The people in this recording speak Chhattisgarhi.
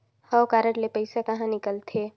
हव कारड ले पइसा कहा निकलथे?